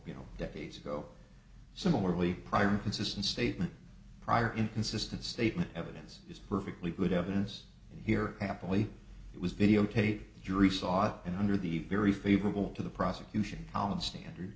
you know decades ago similarly prior inconsistent statement prior inconsistent statement evidence is perfectly good evidence here happily it was videotape jury saw and under the very favorable to the prosecution out of standard